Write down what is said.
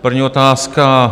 První otázka.